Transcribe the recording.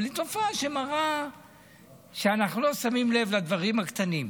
אבל היא תופעה שמראה שאנחנו לא שמים לב לדברים הקטנים.